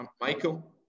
Michael